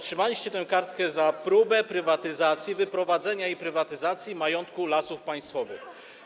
Otrzymaliście tę kartkę za próbę prywatyzacji, wyprowadzenia i prywatyzacji majątku Lasów Państwowych.